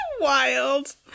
wild